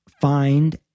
find